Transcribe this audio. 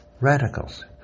radicals